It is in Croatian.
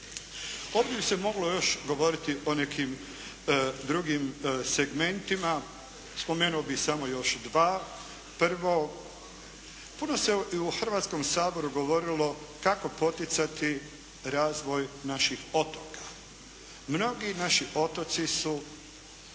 Ovdje bi se moglo još govoriti o nekim drugim segmentima. Spomenuo bih samo još dva. Prvo, puno se u Hrvatskom saboru govorilo kako poticati razvoj naših otoka. Mnogi naši otoci su